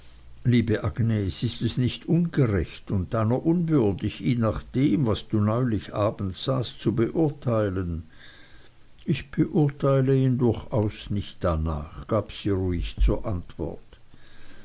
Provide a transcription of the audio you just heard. liebe agnes ist es nicht ungerecht und deiner unwürdig ihn nach dem was du neulich abends sahst zu beurteilen ich beurteile ihn durchaus nicht danach gab sie ruhig zur antwort